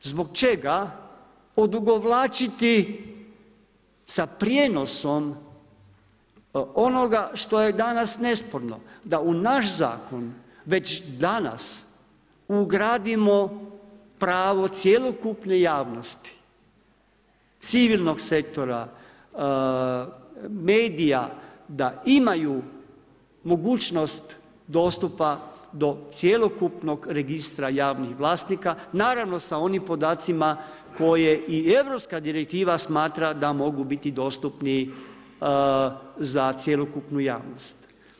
Zbog čega odugovlačiti sa prijenosom onoga što je danas nesporno, da u naš zakon već danas ugradimo pravo cjelokupne javnosti civilnog sektora, medija, da imaju mogućnost dostupa do cjelokupnog registra javnih vlasnika naravno sa onim podacima koje i Europska direktiva smatra da mogu biti dostupni za cjelokupnu javnost.